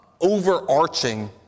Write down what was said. overarching